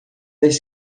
das